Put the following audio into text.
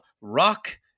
rock